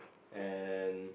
and